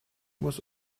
muss